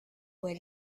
way